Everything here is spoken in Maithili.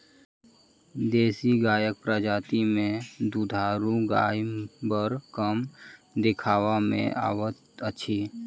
देशी गायक प्रजाति मे दूधारू गाय बड़ कम देखबा मे अबैत अछि